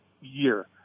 year